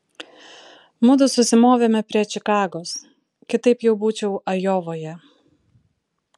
mudu susimovėme prie čikagos kitaip jau būčiau ajovoje